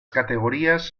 categorías